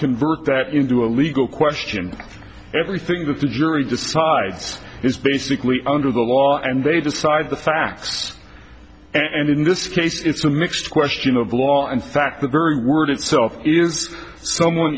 convert that into a legal question everything that the jury decides is basically under the law and they decide the facts and in this case it's a mixed question of law and fact the very word itself is someone